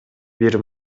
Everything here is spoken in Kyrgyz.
бир